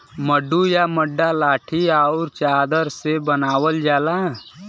मड्डू या मड्डा लाठी आउर चादर से बनावल जाला